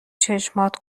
چشمات